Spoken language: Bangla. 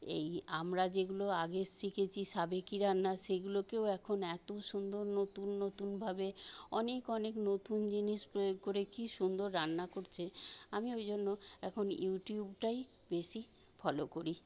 এই আমরা যেগুলো আগে শিখেছি সাবেকি রান্না সেগুলোকেও এখন এত সুন্দর নতুন নতুনভাবে অনেক অনেক নতুন জিনিস প্রয়োগ করে কি সুন্দর রান্না করছে আমি ওইজন্য এখন ইউটিউবটাই বেশী ফলো করি